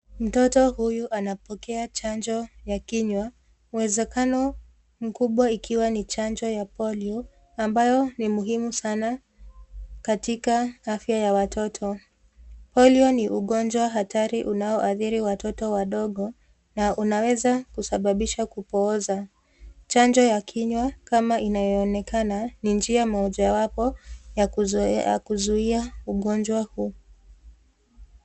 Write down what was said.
Mtoto huyu anapokea chanjo ya kinywa uwezekano mkubwa ukiwa ni chanjo ya polio ambayo ni muhimu sana katika afya ya watoto. Polio ni ugonjwa hatari unaoathiri watoto wadogo na unaweza kusababisha kupooza. Chanjo ya kinywa kama inayoonekana ni njia mojawapo ya kuzuia ugonjwa huu.